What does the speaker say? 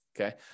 Okay